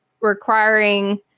requiring